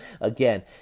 Again